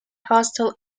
hostile